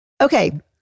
Okay